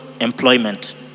employment